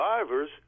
survivors